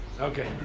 Okay